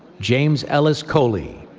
james ellis coley.